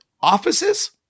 offices